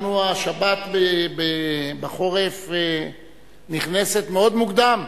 אנחנו, השבת בחורף נכנסת מאוד מוקדם,